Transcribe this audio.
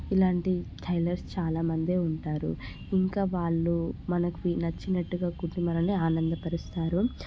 ఇలాంటి టైలర్స్ చాలా మందే ఉంటారు ఇంకా వాళ్ళు మనకి నచ్చినట్టుగా కుట్టి మనల్ని ఆనందపరుస్తారు